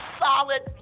solid